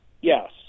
yes